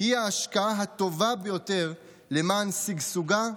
היא ההשקעה הטובה ביותר למען שגשוגה,